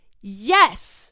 Yes